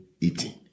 eating